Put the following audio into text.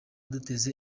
duteze